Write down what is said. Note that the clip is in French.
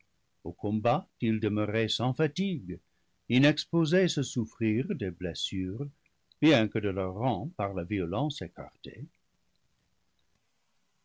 au combat ils de meuraient sans fatigue inexposés à souffrir des blessures bien que de leur rang par la violence écartés